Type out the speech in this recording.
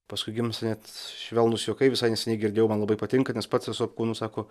paskui gimsta net švelnūs juokai visai neseniai girdėjau man labai patinka nes pats esu apkūnus sako